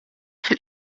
fil